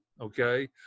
Okay